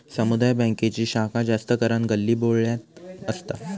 समुदाय बॅन्कांची शाखा जास्त करान गल्लीबोळ्यात असता